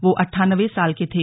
वो अट्ठानवें साल के थे